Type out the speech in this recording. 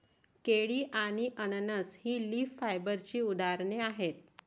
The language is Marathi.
केळी आणि अननस ही लीफ फायबरची उदाहरणे आहेत